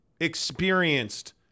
experienced